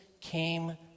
came